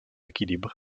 équilibre